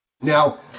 Now